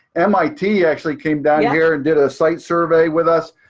mit actually came down here and did a site survey with us.